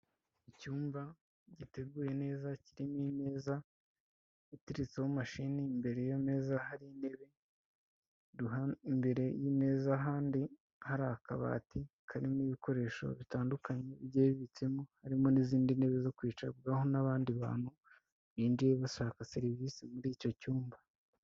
Icyumba giteguye neza, kirimo imeza, giteretseho mashine, imbere y'iyo meza hari intebe, imbere y'imeza ahandi hari akabati, karimo ibikoresho bitandukanye, bigiye bibitsemo, harimo n'izindi ntebe zo kwicarwaho n'abandi bantu, binjiye bashaka serivisi muri icyo cyumba.